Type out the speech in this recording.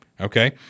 okay